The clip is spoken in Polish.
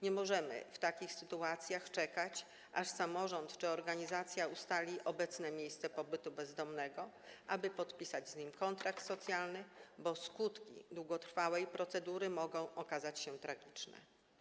Nie możemy w takich sytuacjach czekać, aż samorząd czy organizacja ustali obecne miejsce pobytu bezdomnego, aby można było podpisać z nim kontrakt socjalny, bo skutki długotrwałej procedury mogą okazać się tragiczne.